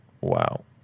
Wow